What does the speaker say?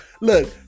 look